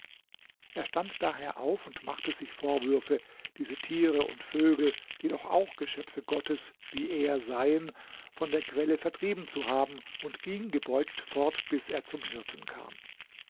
er stand daher auf und machte sich vorwürfe diese tiere und vögel die doch auch geschöpfe gottes wie er seien von der quelle vertrieben zu haben und ging gebeugt fort bis er zum hirten kam